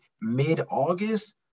mid-August